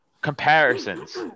comparisons